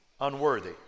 unworthy